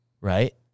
right